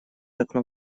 окно